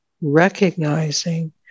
recognizing